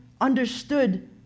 understood